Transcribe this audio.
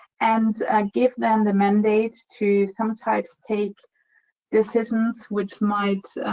and give them the mandate to sometimes take decisions which might